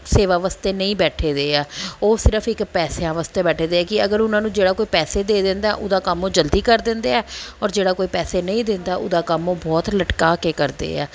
ਸੇਵਾ ਵਾਸਤੇ ਨਹੀਂ ਬੈਠੇ ਦੇ ਹੈ ਉਹ ਸਿਰਫ਼ ਇੱਕ ਪੈਸਿਆਂ ਵਾਸਤੇ ਬੈਠੇ ਦੇ ਕਿ ਅਗਰ ਉਹਨਾਂ ਨੂੰ ਜਿਹੜਾ ਕੋਈ ਪੈਸੇ ਦੇ ਦਿੰਦਾ ਉਹਦਾ ਕੰਮ ਉਹ ਜਲਦੀ ਕਰ ਦਿੰਦੇ ਹੈ ਔਰ ਜਿਹੜਾ ਕੋਈ ਪੈਸੇ ਨਹੀਂ ਦਿੰਦਾ ਉਹਦਾ ਕੰਮ ਉਹ ਬਹੁਤ ਲਟਕਾ ਕੇ ਕਰਦੇ ਹੈ